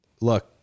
look